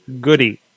Goody